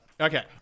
Okay